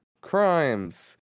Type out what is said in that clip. crimes